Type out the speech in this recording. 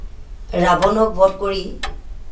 ৰাৱনক বধ কৰি